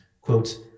quote